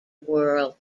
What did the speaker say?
world